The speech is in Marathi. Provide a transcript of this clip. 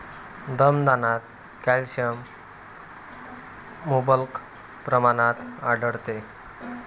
रमदानात कॅल्शियम मुबलक प्रमाणात आढळते